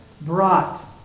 brought